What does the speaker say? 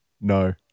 No